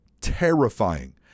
terrifying